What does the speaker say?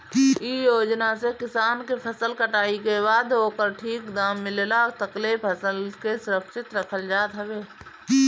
इ योजना से किसान के फसल कटाई के बाद ओकर ठीक दाम मिलला तकले फसल के सुरक्षित रखल जात हवे